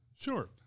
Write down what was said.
Sure